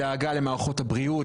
הדאגה למערכות הבריאות,